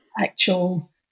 actual